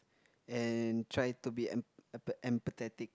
and try to be em~ empa~ empathetic